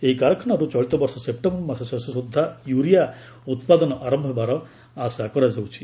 ଏହି କାରଖାନାରୁ ଚଳିତ ବର୍ଷ ସେପ୍ଟେମ୍ବର ମାସ ଶେଷ ସୁଦ୍ଧା ୟୁରିଆ ଉତ୍ପାଦନ ଆରମ୍ଭ ହେବାର ଆଶା କରାଯାଉଛି